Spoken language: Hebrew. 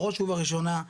בראש ובראשונה,